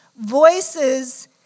voices